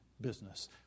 business